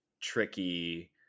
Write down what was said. tricky